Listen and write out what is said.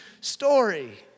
story